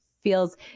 feels